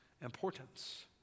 importance